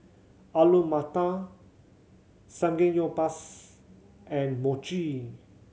Alu Matar Samgeyopsal and Mochi